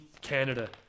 canada